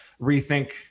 rethink